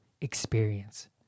experience